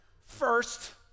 first